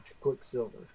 Quicksilver